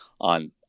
on